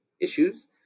issues